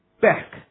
back